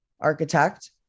architect